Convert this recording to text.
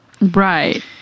Right